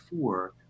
Four